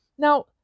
Now